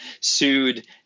sued